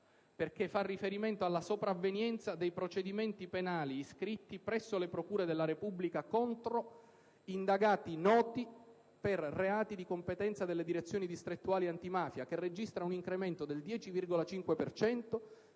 perché fa il riferimento alla sopravvenienza dei procedimenti penali iscritti presso le procure della Repubblica contro indagati noti per reati di competenza delle direzioni distrettuali antimafia, che registra un incremento del 10,5